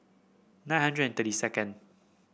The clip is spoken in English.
nine hundred and thirty second